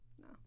No